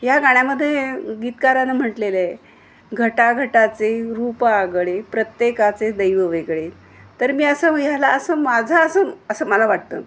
ह्या गाण्यामध्ये गीतकारानं म्हटलेलं आहे घटा घटाचे रूप आगळे प्रत्येकाचे दैव वेगळे तर मी असं ह्याला असं माझं असं असं मला वाटतं